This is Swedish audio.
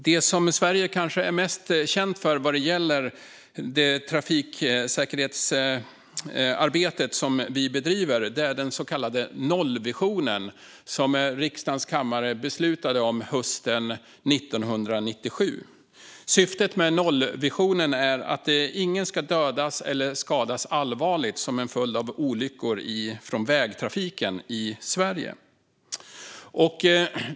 Det som Sverige kanske är mest känt för vad gäller det trafiksäkerhetsarbete vi bedriver är den så kallade nollvisionen, som riksdagens kammare beslutade om hösten 1997. Syftet med nollvisionen är att ingen ska dödas eller skadas allvarligt som en följd av olyckor i vägtrafiken i Sverige.